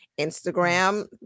Instagram